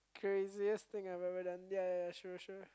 craziest thing I have ever done ya ya ya sure sure